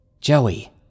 Joey